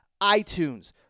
iTunes